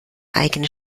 eigene